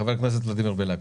חבר הכנסת ולדימיר בליאק,